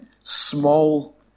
small